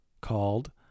called